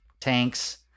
tanks